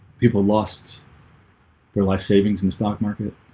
people lost their life savings in the stock market